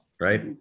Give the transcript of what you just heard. right